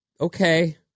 Okay